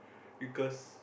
because